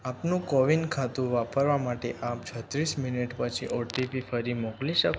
આપનું કોવિન ખાતું વાપરવા માટે આપ છત્રીસ મિનિટ પછી ઓટીપી ફરી મોકલી શકો